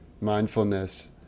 mindfulness